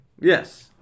Yes